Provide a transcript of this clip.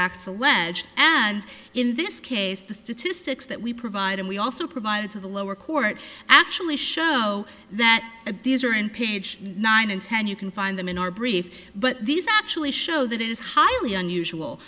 acts alleged and in this case the statistics that we provide and we also provided to the lower court actually show that at these are in page nine and ten you can find them in our brief but these actually show that it is highly unusual